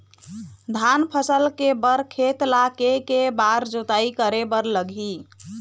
धान फसल के बर खेत ला के के बार जोताई करे बर लगही?